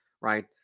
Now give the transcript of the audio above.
right